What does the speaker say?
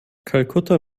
kalkutta